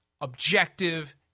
objective